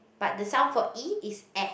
but the sound for E is air